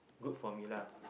good for me lah